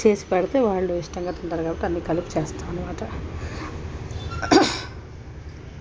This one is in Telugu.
చేసి పెడితే వాళ్ళు ఇష్టంగా తింటారు కాబట్టి అన్నీ కలిపి చేస్తామన్నమాట